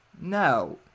no